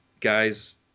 guys